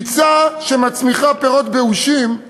ביצה שמצמיחה פירות באושים,